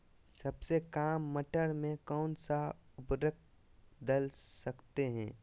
सबसे काम मटर में कौन सा ऊर्वरक दल सकते हैं?